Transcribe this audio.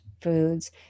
foods